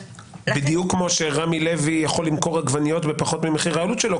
בדיוק כמו שרמי לוי יכול למכור עגבניות בפחות ממחיר העלות שלו,